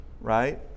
right